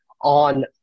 on